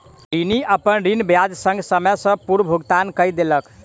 ऋणी, अपन ऋण ब्याज संग, समय सॅ पूर्व भुगतान कय देलक